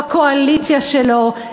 בקואליציה שלו,